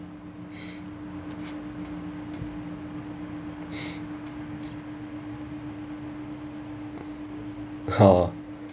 oh